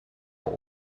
haar